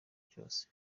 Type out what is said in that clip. cyose